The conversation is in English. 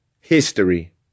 history